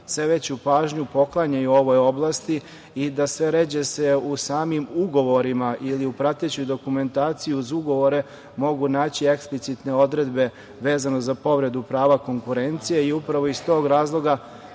sve veću pažnju poklanjaju ovoj oblasti i da sve ređe se u samim ugovorima ili u pratećoj dokumentaciji uz ugovore mogu naći eksplicitne odredbe vezano za povredu prava konkurencije. Upravo iz tog razloga